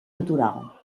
natural